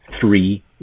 three